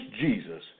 Jesus